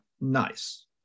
nice